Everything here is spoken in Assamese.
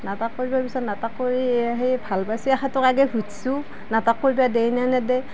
নাটক কৰিবৰ পিছত নাটক কৰি ভাল সেই পাইছোঁ নাটক কৰিব দেই নে নেদে